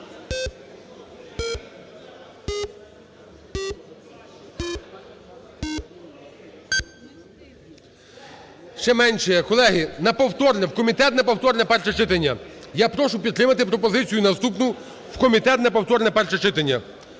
на повторне, в комітет на повторне перше читання. Я прошу підтримати пропозицію наступну: в комітет на повторне перше читання.